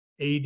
AD